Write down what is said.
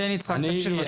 כן, יצחק, תמשיך בבקשה.